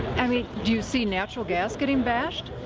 i mean, do you see natural gas getting bashed?